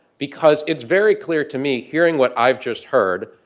because it's very clear to me, hearing what i've just heard,